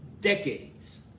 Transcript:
decades